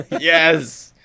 Yes